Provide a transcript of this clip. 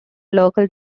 local